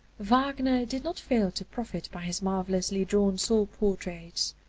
wagner did not fail to profit by his marvellously drawn soul-portraits.